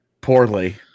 Poorly